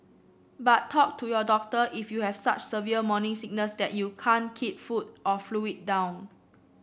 but talk to your doctor if you have such severe morning sickness that you can't keep food or fluid down